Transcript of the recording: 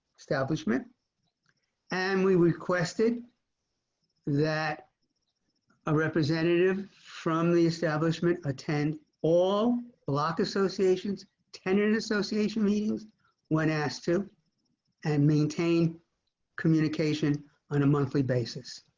establishment and we requested that a representative from the establishment attend all block associations tennis association meetings when asked to and maintain communication on a monthly basis.